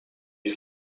you